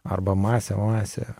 arba masė masė